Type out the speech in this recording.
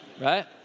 Right